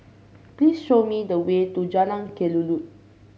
please show me the way to Jalan Kelulut